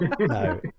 no